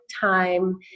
time